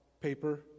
paper